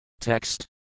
Text